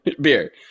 Beer